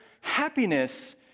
happiness